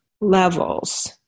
levels